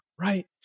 right